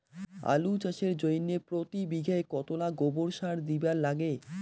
আলু চাষের জইন্যে প্রতি বিঘায় কতোলা গোবর সার দিবার লাগে?